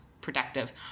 productive